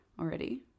already